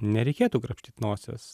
nereikėtų krapštyt nosies